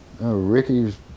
Ricky's